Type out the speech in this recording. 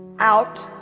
out.